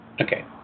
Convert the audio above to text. Okay